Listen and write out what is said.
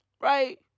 Right